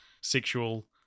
sexual